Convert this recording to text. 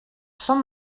són